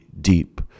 deep